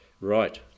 right